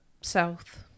South